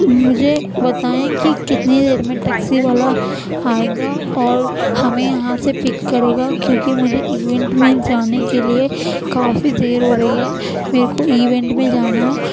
مجھے بتائیں کہ کتنی دیر میں ٹیکسی والا آئے گا اور ہمیں یہاں سے پک کرے گا کیونکہ مجھے ایوینٹ میں جانے کے لیے کافی دیر ہو رہی ہے میرے کو ایوینٹ میں جانا ہے